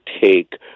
take